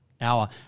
hour